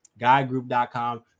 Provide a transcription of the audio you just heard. Guidegroup.com